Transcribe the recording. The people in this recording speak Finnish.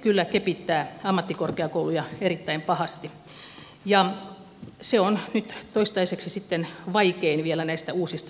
kyllä kepittää ammattikorkeakouluja erittäin pahasti ja se on nyt toistaiseksi sitten vaikein näistä uusista säästöpäätöksistä